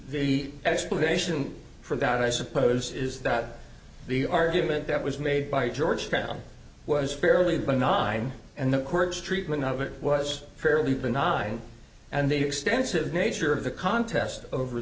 the explanation for that i suppose is that the argument that was made by georgetown was fairly benign and the court's treatment of it was fairly benign and the extensive nature of the contest over